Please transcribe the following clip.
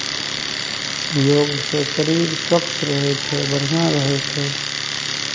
योगसँ शरीर स्वच्छ रहै छै बढ़िआँ रहै छै